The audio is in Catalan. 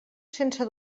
sense